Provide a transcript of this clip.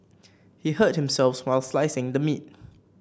he hurt himself while slicing the meat